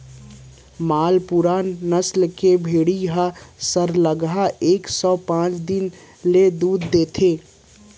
मालपुरा नसल के भेड़ी ह सरलग एक सौ पॉंच दिन ले दूद देथे